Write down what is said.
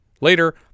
Later